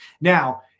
now